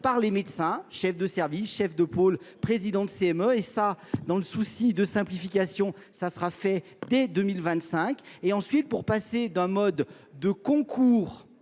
par les médecins, chef de service, chef de pôle, président de CME et ça dans le souci de simplification ça sera fait dès 2025 et ensuite pour passer d'un mode de concours